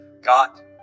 got